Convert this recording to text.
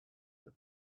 the